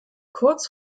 kurz